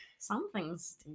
Something's